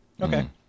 Okay